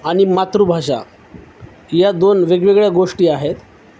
आणि मातृभाषा या दोन वेगवेगळ्या गोष्टी आहेत